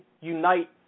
unite